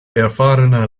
erfahrene